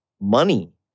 money